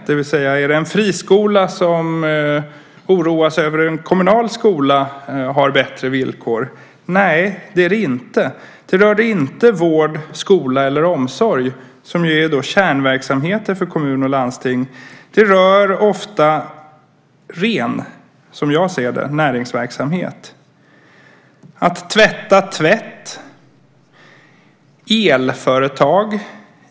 Är det till exempel en friskola som oroar sig för att en kommunal skola har bättre villkor? Nej, det är det inte. Det rör inte vård, skola eller omsorg, som ju är kärnverksamheter för kommuner och landsting. Det rör ofta vad jag vill kalla för ren näringsverksamhet. Det kan vara ett tvätteri eller ett elföretag.